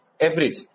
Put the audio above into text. average